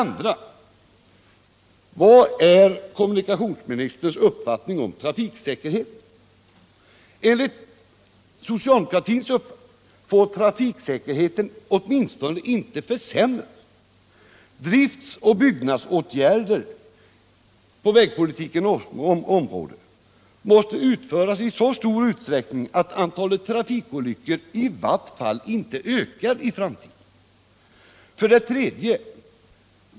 2. Vad är kommunikationsministerns uppfattning om trafiksäkerhe 149 ten? Enligt socialdemokraternas uppfattning får trafiksäkerheten åtminstone inte försämras. Driftsoch byggnadsåtgärder på vägpolitikens område måste utföras i så stor utsträckning att antalet trafikolyckor i vart fall inte ökar i framtiden. 3.